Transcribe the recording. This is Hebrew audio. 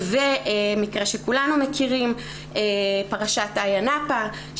מקרה שכולנו מכירים, פרשת איה נאפה.